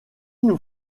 nous